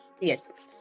Yes